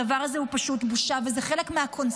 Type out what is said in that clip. הדבר הזה הוא פשוט בושה, וזה חלק מהקונספציה.